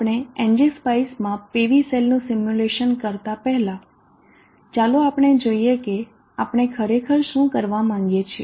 આપણે એનજીસ્પાઇસમાં PV સેલનું સિમ્યુલેશન કરતા પહેલા ચાલો આપણે જોઈએ કે આપણે ખરેખર શું કરવા માંગીએ છીએ